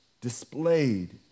displayed